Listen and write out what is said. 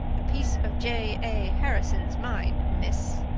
a piece of j. a. harrison's mind, miss.